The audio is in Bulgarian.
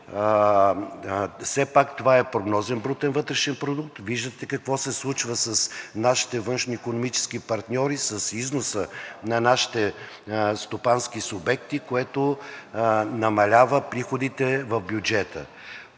все пак това е прогнозен брутен вътрешен продукт, виждате какво се случва с нашите външноикономически партньори, с износа на нашите стопански субекти, което намалява приходите в бюджета.